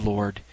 Lord